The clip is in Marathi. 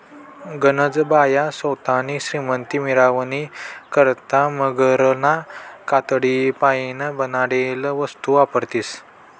गनज बाया सोतानी श्रीमंती मिरावानी करता मगरना कातडीपाईन बनाडेल वस्तू वापरतीस